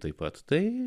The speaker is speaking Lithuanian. taip pat tai